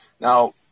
Now